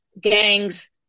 gangs